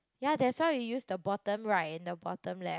ya that's why we use the bottom right and the bottom left